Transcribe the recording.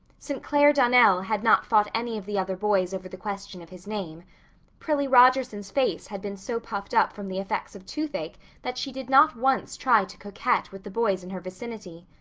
st. clair donnell had not fought any of the other boys over the question of his name prillie rogerson's face had been so puffed up from the effects of toothache that she did not once try to coquette with the boys in her vicinity.